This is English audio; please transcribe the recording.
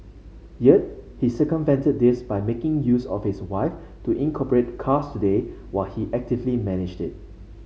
yet he circumvented this by making use of his wife to incorporate Cars Today while he actively managed it